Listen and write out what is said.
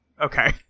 okay